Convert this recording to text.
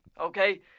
okay